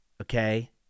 okay